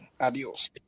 Adios